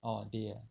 orh day ah